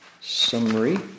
summary